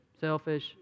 selfish